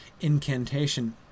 incantation